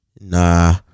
Nah